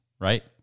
right